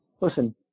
listen –